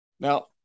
Now